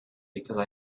because